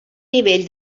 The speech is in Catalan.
nivell